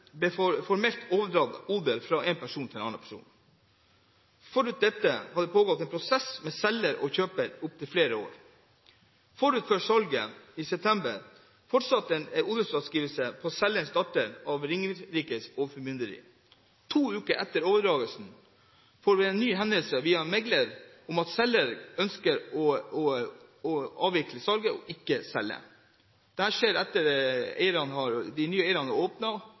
ble odel formelt overdratt fra en person til en annen. Forut for dette hadde det pågått en prosess mellom selger og kjøper i flere år. Forut for salget ble det i september foretatt en odelsfraskrivelse på selgers datter av Ringerike overformynderi. To uker etter overdragelsen kommer det en ny henvendelse via megler om at selger ønsker å avvikle salget og ikke vil selge. Dette skjer etter at de nye eierne har åpnet og begynt å pusse opp. Etter en stund får de